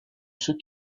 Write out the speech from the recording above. ceux